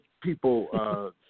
people